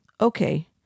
Okay